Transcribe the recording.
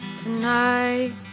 tonight